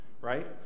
Right